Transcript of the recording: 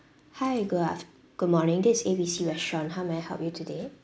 hi good af~ good morning this is A B C restaurant how may I help you today